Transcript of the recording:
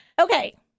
Okay